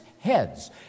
heads